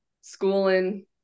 schooling